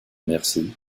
mercy